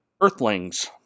Earthlings